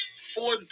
four